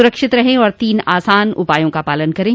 सुरक्षित रहें और तीन आसान उपायों का पालन करें